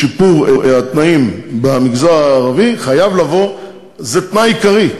שיפור התנאים במגזר הערבי זה תנאי עיקרי.